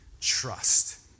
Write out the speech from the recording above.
trust